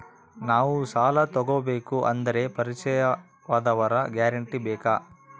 ನಾವು ಸಾಲ ತೋಗಬೇಕು ಅಂದರೆ ಪರಿಚಯದವರ ಗ್ಯಾರಂಟಿ ಬೇಕಾ?